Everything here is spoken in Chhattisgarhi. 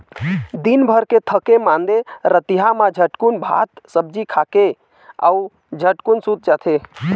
दिनभर के थके मांदे रतिहा मा झटकुन भात सब्जी खाथे अउ झटकुन सूत जाथे